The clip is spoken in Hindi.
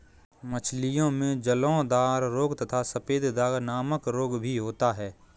मछलियों में जलोदर रोग तथा सफेद दाग नामक रोग भी होता है